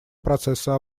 процесса